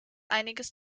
einiges